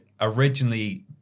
originally